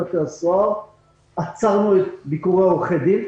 עצרנו ביקורי עורכי דין.